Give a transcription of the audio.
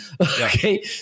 okay